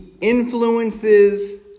influences